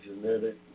genetic